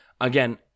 again